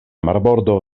marbordo